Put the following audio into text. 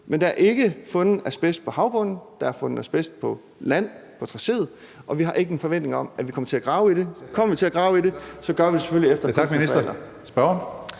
Men der er ikke fundet asbest på havbunden; der er fundet asbest på land og på tracéet, og vi har ikke en forventning om, at vi kommer til at grave i det. Kommer vi til at grave i det, gør vi det selvfølgelig efter alle